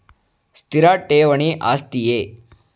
ಸ್ಥಿರ ಠೇವಣಿ ಆಸ್ತಿಯೇ?